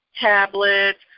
tablets